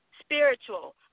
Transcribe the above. spiritual